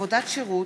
(עבודת שירות,